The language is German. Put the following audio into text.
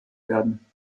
werden